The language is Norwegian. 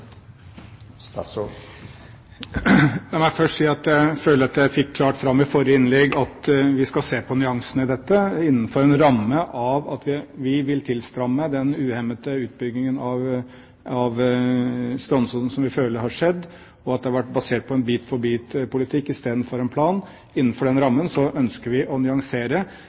La meg først si at jeg føler at jeg fikk klart fram i forrige innlegg at vi skal se på nyansene i dette innenfor en ramme med hensyn til at vi vil stramme inn den uhemmede utbyggingen av strandsonen som vi føler har skjedd, og at det har vært basert på en bit for bit-politikk istedenfor en plan. Innenfor den rammen ønsker vi å nyansere